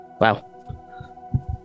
wow